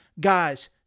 guys